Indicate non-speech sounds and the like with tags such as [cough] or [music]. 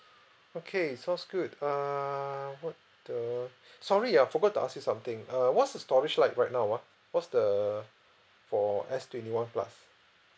[breath] okay sounds good err what the [breath] sorry I forgot to ask you something err what's the storage like right now ah what's the for S twenty one plus